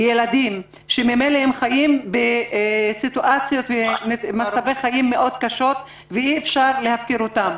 ילדים שממילא חיים במצבי חיים קשים מאוד ואי אפשר להפקיר אותם.